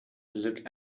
looked